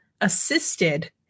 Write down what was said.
assisted